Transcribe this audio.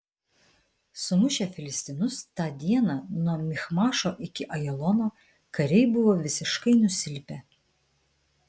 sumušę filistinus tą dieną nuo michmašo iki ajalono kariai buvo visiškai nusilpę